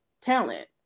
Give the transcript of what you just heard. talent